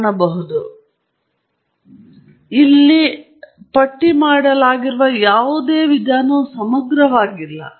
ನಾನು ಇಲ್ಲಿ ಪಟ್ಟಿ ಮಾಡಲಾಗಿರುವ ಯಾವುದಾದರೂ ವಿಧಾನವು ಸಮಗ್ರವಾಗಿಲ್ಲ